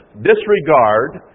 disregard